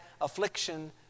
affliction